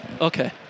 Okay